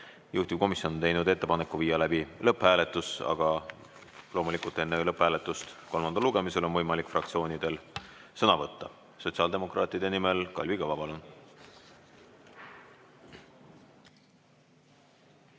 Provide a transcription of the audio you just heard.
Juhtivkomisjon on teinud ettepaneku viia läbi lõpphääletus. Aga loomulikult enne lõpphääletust on kolmandal lugemisel võimalik fraktsioonidel sõna võtta. Sotsiaaldemokraatide nimel Kalvi Kõva, palun!